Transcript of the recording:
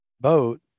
boat